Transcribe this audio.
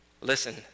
Listen